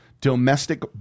Domestic